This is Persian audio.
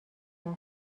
یاد